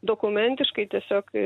dokumentiškai tiesiog